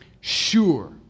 sure